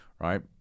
right